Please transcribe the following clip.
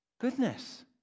Goodness